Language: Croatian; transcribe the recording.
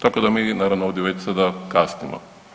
Tako da mi naravno ovdje već sada kasnimo.